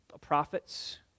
Prophets